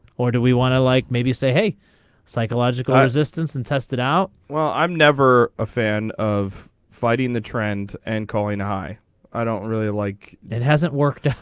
or do we want to like maybe say hey psychological resistance and tested out well i'm never a fan of fighting the trend and calling a high i don't really like it hasn't worked.